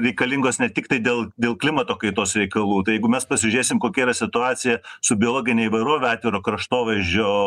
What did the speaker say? reikalingos ne tiktai dėl dėl klimato kaitos reikalų tai jeigu mes pasižiūrėsim kokia yra situacija su biologine įvairove atviro kraštovaizdžio